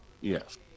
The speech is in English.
Yes